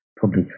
public